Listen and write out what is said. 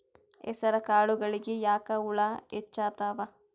ಹೆಸರ ಕಾಳುಗಳಿಗಿ ಯಾಕ ಹುಳ ಹೆಚ್ಚಾತವ?